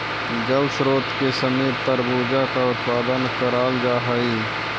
जल स्रोत के समीप तरबूजा का उत्पादन कराल जा हई